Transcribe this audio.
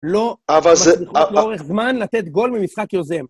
לא, בזכות לאורך זמן, לתת גול ממשחק יוזם.